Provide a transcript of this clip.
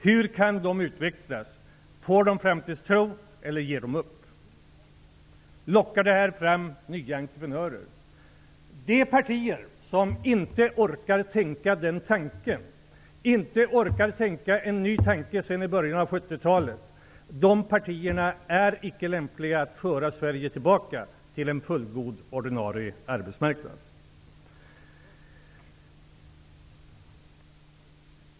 Hur kan de utvecklas? Får de framtidstro, eller ger de upp? Lockar detta fram nya entreprenörer? De partier som inte orkar tänka dessa tankar, och inte har orkat tänka en ny tanke sedan början av 70 talet, är icke lämpliga att föra Sverige tillbaka till en fullgod ordinarie arbetsmarknad.